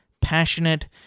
passionate